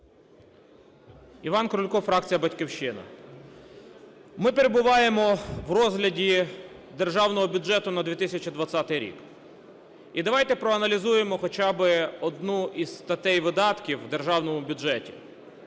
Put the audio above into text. Іван Крулько, фракція "Батьківщина". Ми перебуваємо в розгляді Державного бюджету на 2020 рік. І давайте проаналізуємо хоча би одну із статей видатків у Державному бюджеті: